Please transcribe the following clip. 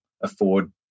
afford